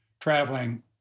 traveling